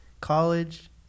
college